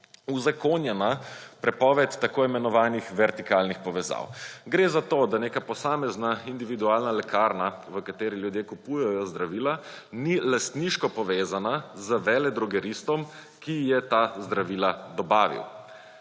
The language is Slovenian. uzakonjena prepoved tako imenovanih vertikalnih povezav. Gre za to, da neka posamezna individualna lekarna, v kateri ljudje kupujejo zdravila, ni lastniško povezana z veledrogeristom, ki je ta zdravila dobavil.